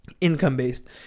income-based